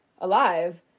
alive